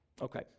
Okay